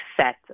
set